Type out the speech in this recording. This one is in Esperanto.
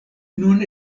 nun